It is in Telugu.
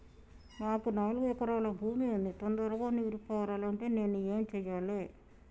మాకు నాలుగు ఎకరాల భూమి ఉంది, తొందరగా నీరు పారాలంటే నేను ఏం చెయ్యాలే?